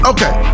Okay